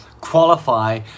qualify